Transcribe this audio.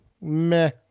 Meh